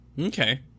Okay